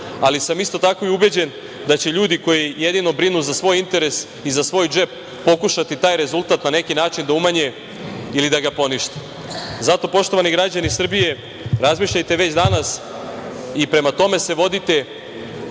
ali sam isto tako i ubeđen da će ljudi koji jedino brinu za svoj interes i za svoj džep pokušati taj rezultat na neki način da umanje ili da ga ponište. Zato, poštovani građani Srbije, razmišljajte već danas i prema tome se vodite